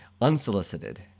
unsolicited